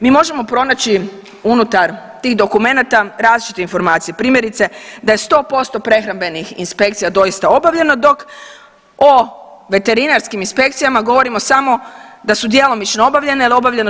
Mi možemo pronaći unutar tih dokumenata različite informacije, primjerice da je 100% prehrambenih inspekcija doista obavljeno dok o veterinarskim inspekcijama govorimo samo da su djelomično obavljene jel je obavljeno 60%